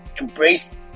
Embrace